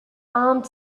armed